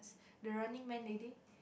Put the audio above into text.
the Running-Man lady